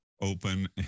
open